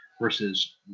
versus